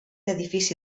edifici